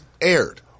aired